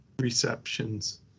receptions